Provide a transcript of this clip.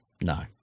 no